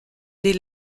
dès